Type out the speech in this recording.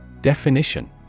Definition